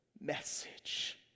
message